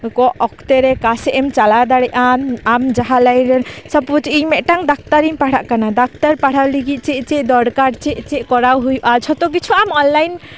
ᱠᱚᱢ ᱚᱠᱛᱮᱨᱮ ᱚᱠᱟ ᱥᱮᱫ ᱮᱢ ᱪᱟᱞᱟᱣ ᱫᱟᱲᱮᱭᱟᱜᱼᱟ ᱟᱢ ᱡᱟᱦᱟᱸ ᱞᱟᱭᱤᱱᱨᱮ ᱥᱟᱯᱳᱡ ᱤᱧ ᱢᱤᱫᱴᱟᱝ ᱰᱟᱠᱛᱟᱨᱤᱧ ᱯᱟᱲᱦᱟᱜ ᱠᱟᱱᱟ ᱰᱟᱠᱛᱟᱨ ᱯᱟᱲᱦᱟᱣ ᱞᱟᱹᱜᱤᱫ ᱪᱮᱫ ᱪᱮᱫ ᱫᱚᱨᱠᱟᱨ ᱪᱮᱫ ᱪᱮᱫ ᱠᱚᱨᱟᱣ ᱦᱩᱭᱩᱜᱼᱟ ᱡᱷᱚᱛᱚ ᱠᱤᱪᱷᱩ ᱟᱢ ᱚᱱᱞᱟᱭᱤᱱ